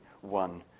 one